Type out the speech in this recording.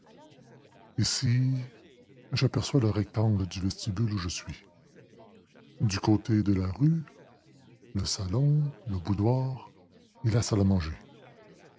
j'aperçois le rectangle du vestibule où je suis du côté de la rue le salon le boudoir et la salle à manger